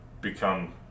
become